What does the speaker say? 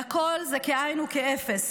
והכול כאין וכאפס